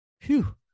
Phew